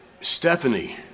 stephanie